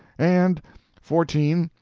and fourteen.